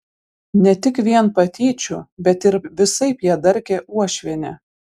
ne tik vien patyčių bet ir visaip ją darkė uošvienė